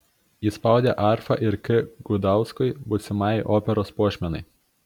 įspraudė arfą ir k gutauskui būsimajai operos puošmenai